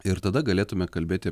ir tada galėtume kalbėti